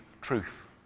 truth